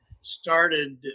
started